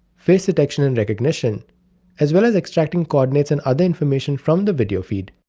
face detection and recognition as well as extracting coordinates and other information from the video feed.